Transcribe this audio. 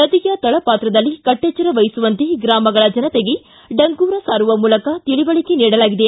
ನದಿಯ ತಳ ಪಾತ್ರದಲ್ಲಿ ಕಟ್ಟೆಚ್ಚರ ವಹಿಸುವಂತೆ ಗ್ರಾಮಗಳ ಜನತೆಗೆ ಡಂಗೂರ ಸಾರುವ ಮೂಲಕ ತಿಳುವಳಿಕೆ ನೀಡಲಾಗಿದೆ